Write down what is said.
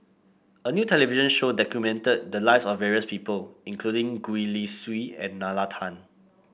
a new television show documented the lives of various people including Gwee Li Sui and Nalla Tan